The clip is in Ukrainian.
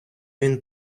він